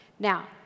Now